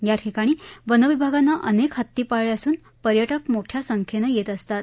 या ठिकाणी वनविभागानं अनेक हत्ती पाळले असून पर्यटक मोठ्या संख्येनं येत असतात